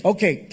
Okay